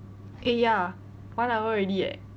eh ya one hour already eh